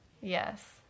yes